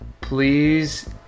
please